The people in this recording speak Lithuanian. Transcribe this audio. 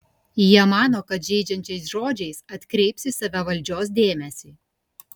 jie mano kad žeidžiančiais žodžiais atkreips į save valdžios dėmesį